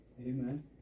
Amen